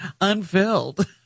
unfilled